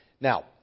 Now